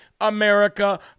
America